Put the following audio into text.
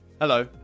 Hello